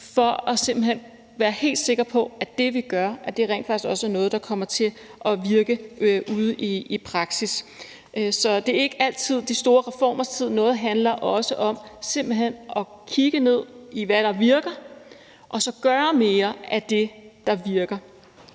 hen kan være helt sikre på, at det, vi gør, rent faktisk også er noget, der kommer til at virke ude i praksis. Så det er ikke altid de store reformers tid, men noget af det handler simpelt hen også om at kigge ned i, hvad der virker, og så gøre mere af det, der virker.